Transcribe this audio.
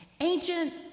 Ancient